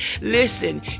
Listen